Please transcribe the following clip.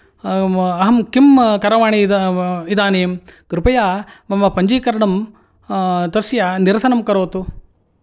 अहं किं करवाणि इदानिं कृपया मम पञ्जिकरणं तस्य निरसनं करोतु